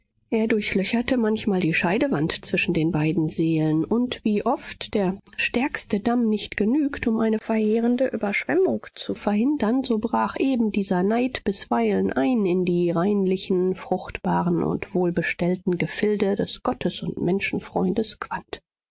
er durchlöcherte manchmal die scheidewand zwischen den zwei seelen und wie oft der stärkste damm nicht genügt um eine verheerende überschwemmung zu verhindern so brach eben dieser neid bisweilen ein in die reinlichen fruchtbaren und wohlbestellten gefilde des gottes und menschenfreundes